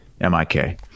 M-I-K